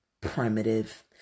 primitive